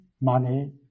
money